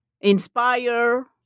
inspire